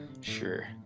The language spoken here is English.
Sure